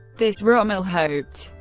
this, rommel hoped,